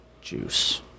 Juice